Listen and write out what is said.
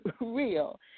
real